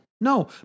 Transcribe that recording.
No